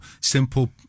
simple